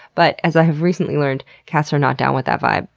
but, as i've recently learned, cats are not down with that vibe.